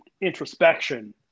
introspection